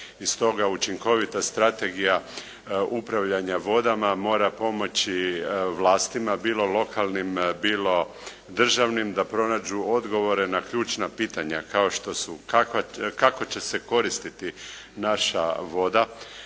i stoga učinkovita strategija upravljanja vodama mora pomoći vlastima, bilo lokalnim, bilo državnim da pronađu odgovore na ključna pitanja kao što su kako će se koristiti naša voda,